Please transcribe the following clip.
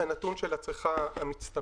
זה הנתון של הצריכה המצטברת,